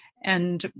and